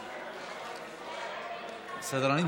סדרנים,